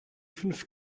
fünf